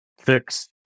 fix